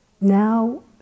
now